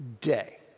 day